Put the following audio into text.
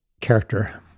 character